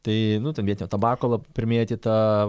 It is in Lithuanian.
tai nu ten vietinio tabako primėtyta